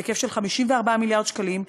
בהיקף של 54 מיליארד ש"ח,